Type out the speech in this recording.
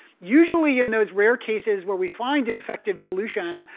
usually in those rare cases where we find an effective solution,